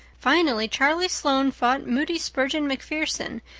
finally, charlie sloane fought moody spurgeon macpherson,